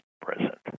present